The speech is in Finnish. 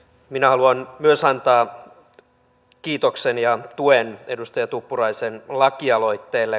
minä haluan myös antaa kiitoksen ja tuen edustaja tuppuraisen lakialoitteelle